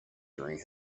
during